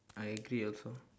I agree also